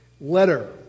letter